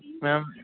ma'am